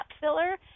filler